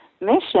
mission